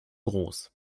groß